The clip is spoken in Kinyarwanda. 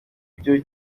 byo